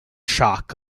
shock